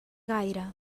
gaire